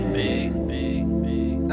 big